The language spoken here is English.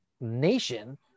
nation